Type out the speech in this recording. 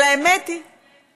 אבל האמת היא, איילת,